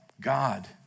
God